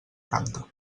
canta